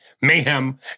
mayhem